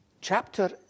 chapter